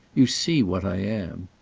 you see what i am.